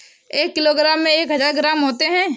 एक किलोग्राम में एक हजार ग्राम होते हैं